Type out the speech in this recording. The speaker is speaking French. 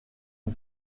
une